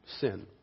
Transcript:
sin